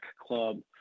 club